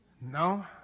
No